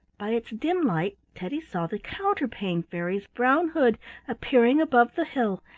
by its dim light teddy saw the counterpane fairy's brown hood appearing above the hill,